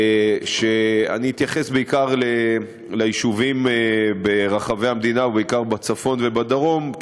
אתייחס בעיקר ליישובים ברחבי המדינה ובעיקר בצפון ובדרום,